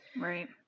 Right